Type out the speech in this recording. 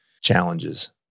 challenges